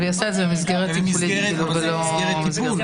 היא בכלל לא בסיטואציה הזאת.